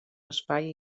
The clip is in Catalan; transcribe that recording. espai